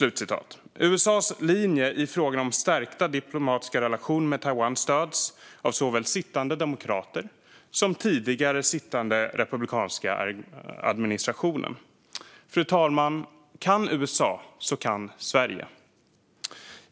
USA:s linje i fråga om stärkta diplomatiska relationer med Taiwan stöds av såväl sittande demokrater som den tidigare republikanska administrationen. Fru talman! Om USA kan kan också Sverige.